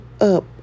up